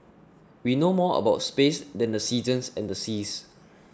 we know more about space than the seasons and the seas